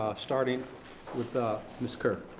starting with ah ms. kerr.